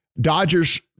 Dodgers